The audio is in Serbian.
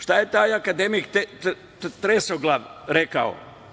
Šta je taj akademik „tresoglav“ rekao?